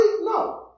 no